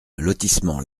lotissement